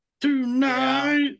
Tonight